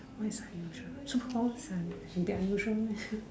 what is unusual superpower can be unusual meh